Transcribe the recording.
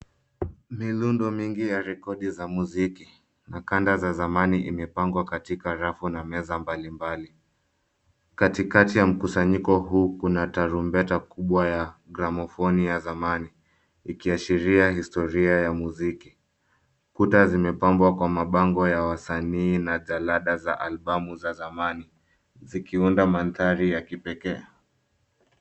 Milundo mingi ya rekodi za muziki na kanda za zamani imepangwa katika rafu na meza mbalimbali. Katikati ya mkusanyiko huu kuna tarumbeta kubwa ya gramofoni ya zamani, ikiashiria historia ya muziki. Kuta zimepangwa kwa mabango ya wasanii na jalada za albumu za zamani zikiunda mandhari ya kipekee.